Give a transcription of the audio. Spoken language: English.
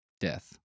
death